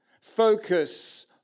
focus